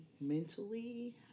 mentally